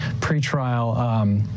pre-trial